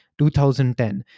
2010